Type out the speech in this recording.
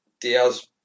Diaz